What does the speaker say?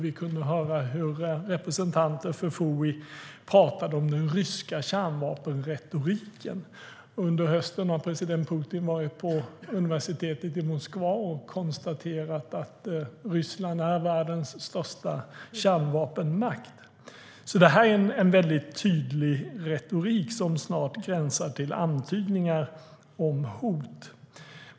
Vi hörde representanter för FOI tala om den ryska kärnvapenretoriken. Under hösten har president Putin varit på universitetet i Moskva och konstaterat att Ryssland är världens största kärnvapenmakt. Det är alltså en tydlig retorik som snart gränsar till antydningar om hot.